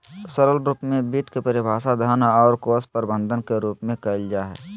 सरल रूप में वित्त के परिभाषा धन और कोश प्रबन्धन रूप में कइल जा हइ